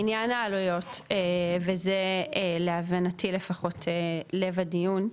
לעניין העלויות וזה להבנתי לפחות, לב הדיון,